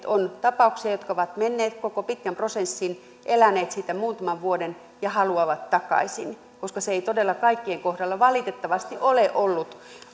on tapauksia jotka ovat menneet koko pitkän prosessin läpi eläneet sitä muutaman vuoden ja haluavat takaisin koska se ei todella kaikkien kohdalla valitettavasti ole ollut